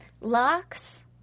Locks